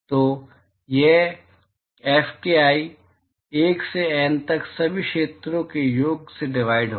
तो वह Fki 1 से N तक सभी क्षेत्रों के योग से डिवाइड होगा